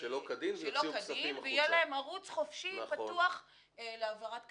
שלא כדין ויהיה להם ערוץ חופשי ופתוח להעברת כספים.